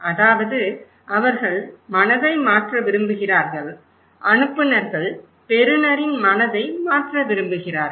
அதாவது அவர்கள் மனதை மாற்ற விரும்புகிறார்கள் அனுப்புநர்கள் பெறுநரின் மனதை மாற்ற விரும்புகிறார்கள்